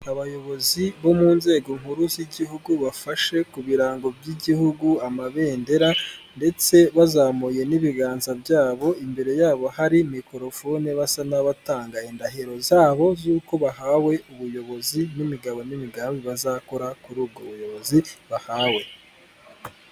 Abayobozi bo mu nzego nkuru z'igihugu bafashe ku birango by'igihugu amabendera ndetse bazamuye n'ibiganza byabo imbere yabo hari micorofone, basa n'abatanga indahiro zabo z'uko bahawe ubuyobozi n'imigabo n'imigambi bazakora kuri ubwo buyobozi bahawe.